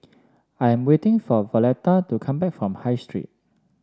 I'm waiting for Violetta to come back from High Street